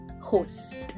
host